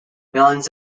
millions